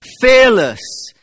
fearless